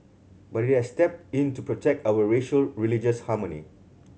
but it has step in to protect our racial religious harmony